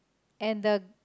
and the